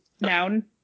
noun